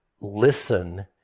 listen